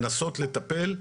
כלומר, לנסות לטפל,